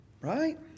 Right